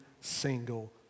single